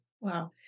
Wow